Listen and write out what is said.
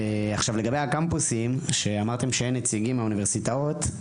עכשיו לגבי הקמפוסים שאמרתם שאין נציגים מהאוניברסיטאות,